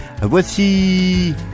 Voici